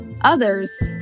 Others